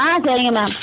ஆ சரிங்க மேம்